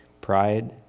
Pride